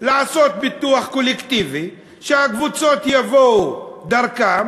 לעשות ביטוח קולקטיבי, שהקבוצות יבואו דרכם.